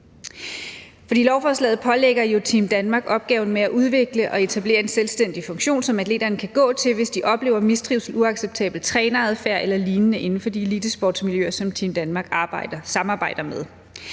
Lovforslaget pålægger jo Team Danmark opgaven med at udvikle og etablere en selvstændig funktion, som atleterne kan gå til, hvis de oplever mistrivsel, uacceptabel træneradfærd eller lignende inden for de elitesportsmiljøer, som Team Danmark samarbejder med.